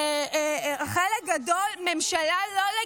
אדוני היו"ר,